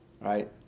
right